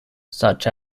such